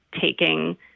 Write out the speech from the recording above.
taking